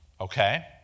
Okay